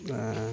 ᱟᱨ